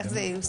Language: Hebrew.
איך זה ייושם,